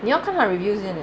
你看它 reviews 先 leh